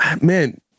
man